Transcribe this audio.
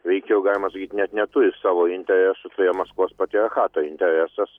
veikiau galima sakyt net neturi savo interesų tai yra maskvos patriarchato interesas